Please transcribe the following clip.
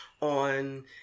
on